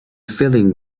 filling